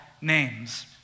names